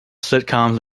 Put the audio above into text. sitcoms